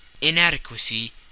inadequacy